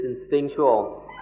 instinctual